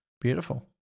Beautiful